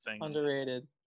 Underrated